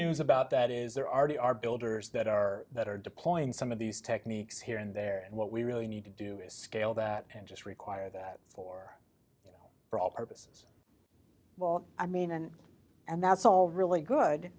news about that is there are they are builders that are that are deploying some of these techniques here and there and what we really need to do is scale that and just require that for proper business all i mean and and that's all really good